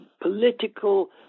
political